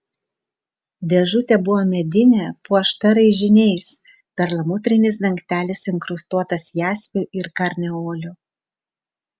dėžutė buvo medinė puošta raižiniais perlamutrinis dangtelis inkrustuotas jaspiu ir karneoliu